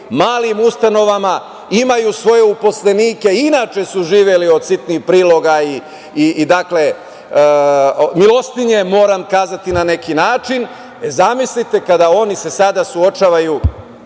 malim ustanovama imaju svoje službenike i inače su živeli od sitnih priloga i milostinje, moram kazati na neki način. Zamislite, kada se oni sada suočavaju